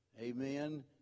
amen